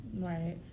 Right